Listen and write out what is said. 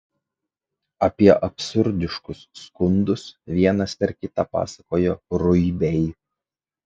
apie absurdiškus skundus vienas per kitą pasakojo ruibiai